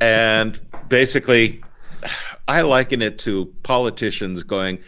and basically i liken it to politicians going